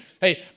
Hey